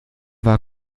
war